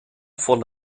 von